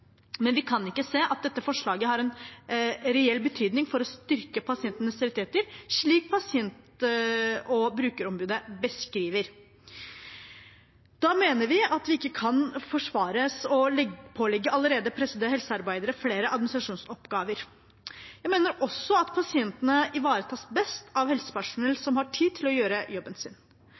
men vi kan ikke se at dette forslaget har en reell betydning for å styrke pasientenes rettigheter, slik Pasient- og brukerombudet beskriver. Da mener vi at det ikke kan forsvares å pålegge allerede pressede helsearbeidere flere administrasjonsoppgaver. Jeg mener også at pasientene ivaretas best av helsepersonell som har tid til å gjøre jobben sin.